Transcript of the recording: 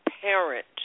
parent